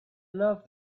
love